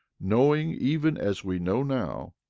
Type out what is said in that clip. knowing even as we know now,